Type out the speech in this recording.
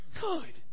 good